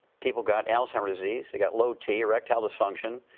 people got alzheimer's disease, they got low t, erectile dysfunction,